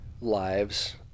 lives